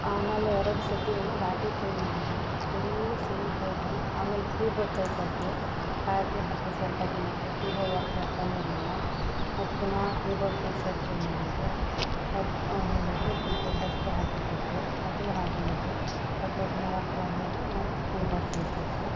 ಆಮೇಲೆ ಎರಡು ಸರ್ತಿ ಏನು ಬ್ಯಾಟ್ರಿ ಚೇಂಜ್ ಮಾಡಿದೆ ಸ್ಟಿಲ್ ಸೇಮ್ ಪ್ರಾಬ್ಲಮ್ ಆಮೇಲೆ ಕೀ ಬೋರ್ಡ್ ಕೈ ಕೊಡ್ತು ಬ್ಯಾಟ್ರಿ ಹಾಕಿ ಸ್ವಲ್ಪ ದಿನಕ್ಕೆ ಕೀ ಬೋರ್ಡ್ ವರ್ಕ್ ಆಗ್ತಲೇ ಇರಲಿಲ್ಲ ಮತ್ತು ಪುನಃ keyboard full set change ಮಾಡಿದೆ ಅವ್ರು ಹೇಳಿದರು ಕೀ ಬೋರ್ಡ್ ಹೊಸದೆ ಹಾಕಿಕೊಟ್ಟರು ಅದು ಹಾಗೆ ಆಯಿತು ಸ್ವಲ್ಪ ದಿನ ವರ್ಕ್ ಮಾಡಿ ನೋಡಿದ್ರೆ ಮತ್ತು ಕೀ ಬೋರ್ಡ್ ಕೈ ಕೊಡ್ತು